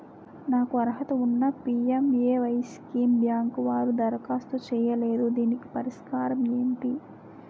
నాకు అర్హత ఉన్నా పి.ఎం.ఎ.వై స్కీమ్ బ్యాంకు వారు దరఖాస్తు చేయలేదు దీనికి పరిష్కారం ఏమిటి?